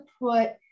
put